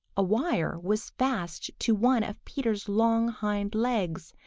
a wire was fast to one of peter's long hind legs,